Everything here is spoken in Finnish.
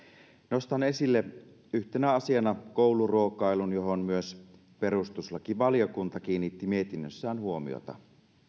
nostan esille yhtenä asiana kouluruokailun johon myös perustuslakivaliokunta kiinnitti mietinnössään huomiota